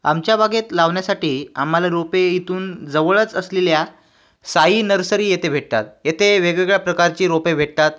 आमच्या बागेत लावण्यासाठी आम्हाला रोपे इथून जवळच असलेल्या साई नर्सरी येथे भेटतात येथे वेगवेगळ्या प्रकारची रोपे भेटतात